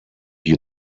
you